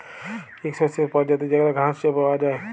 ইক শস্যের পরজাতি যেগলা ঘাঁস হিছাবে পাউয়া যায়